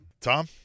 Tom